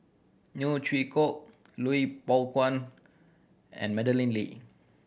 Neo Chwee Kok Lui Pao and Madeleine Lee